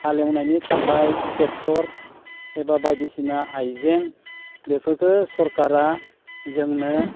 हालेवनायनि थाखाय ट्रेक्ट'र एबा बायदिसिना आइजें बेफोरखौ सोरखारा जोंनो